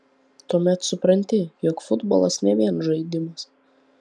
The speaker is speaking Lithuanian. tuomet supranti jog futbolas ne vien žaidimas